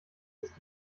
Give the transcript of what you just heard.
ist